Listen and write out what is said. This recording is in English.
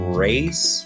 race